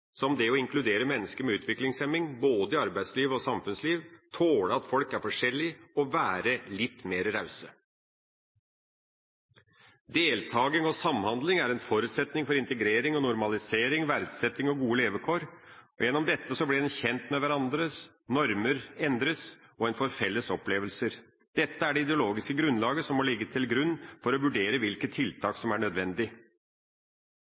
som det å inkludere mennesker med utviklingshemning i både arbeidsliv og samfunnsliv, tåle at folk er forskjellige og være litt mer rause. Deltaking og samhandling er en forutsetning for integrering og normalisering, verdsetting og gode levekår, og gjennom dette blir en kjent med hverandre, normer endres og en får felles opplevelser. Dette er det ideologiske grunnlaget som må ligge til grunn for å vurdere hvilke